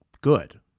good